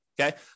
Okay